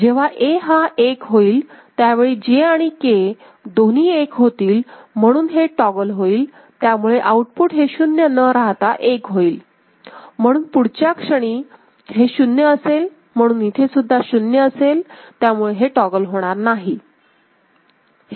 जेव्हा A हा 1 होईल त्यावेळी J आणि K दोन्ही 1 होतील म्हणून हे टॉगल होईल त्यामुळे आउटपुट हे शून्य न राहता एक होईल म्हणून पुढच्या च्या क्षणी हे शून्य असेल म्हणून इथेसुद्धा शून्य येईल त्यामुळे हे टॉगल होणार नाही